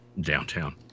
Downtown